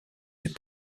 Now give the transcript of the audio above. des